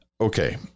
Okay